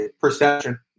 perception